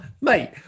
Mate